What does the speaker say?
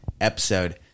episode